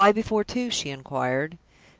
why before two? she inquired.